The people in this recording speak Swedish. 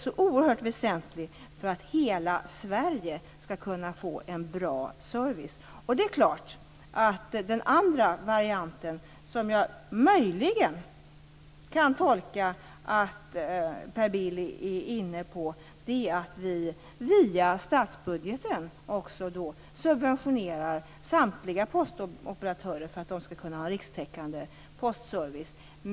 Det är oerhört väsentligt för att hela Sverige skall kunna få en bra service. Den andra varianten som jag möjligen kan tolka att Per Bill menar, är att via statsbudgeten subventionera samtliga postoperatörer så att de kan ge rikstäckande postservice.